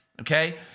okay